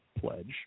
Pledge